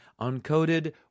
Uncoded